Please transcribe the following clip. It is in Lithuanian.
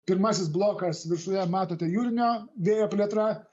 pirmasis blokas viršuje matote jūrinio vėjo plėtra